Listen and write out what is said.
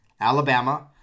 Alabama